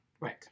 Right